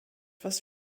was